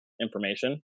information